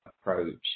approach